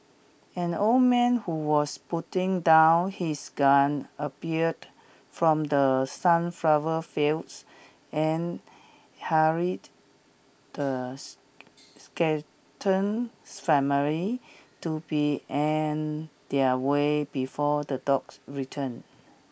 an old man who was putting down his gun appeared from the sunflower fields and hurried the family to be on their way before the dogs return